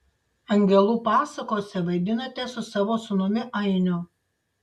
angelų pasakose vaidinate su savo sūnumi ainiu